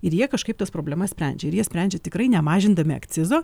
ir jie kažkaip tas problemas sprendžia ir jie sprendžia tikrai nemažindami akcizo